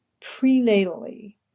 prenatally